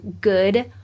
good